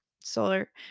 solar